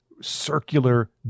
circular